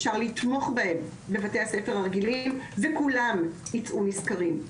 אפשר לתמוך בהם בבתי הספר הרגילים וכולם יצאו נשכרים.